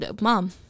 mom